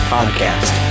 Podcast